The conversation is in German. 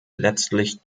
letztlich